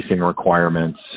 requirements